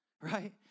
Right